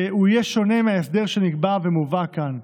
הוא יהיה שונה מההסדר שנקבע ומובא כאן,